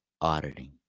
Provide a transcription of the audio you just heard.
auditing